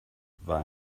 war